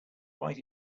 write